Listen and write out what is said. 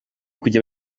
kujya